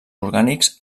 orgànics